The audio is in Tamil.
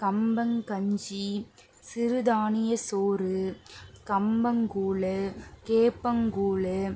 கம்பங்கஞ்சி சிறுதானிய சோறு கம்பங்கூழு கேப்பங்கூழு